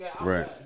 Right